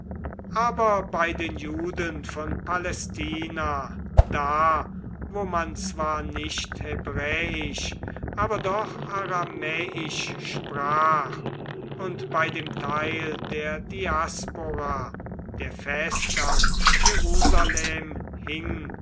aber bei den juden von palästina da wo man zwar nicht hebräisch aber doch aramäisch sprach und bei dem teil der diaspora der fest an jerusalem hing